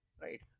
Right